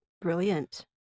brilliant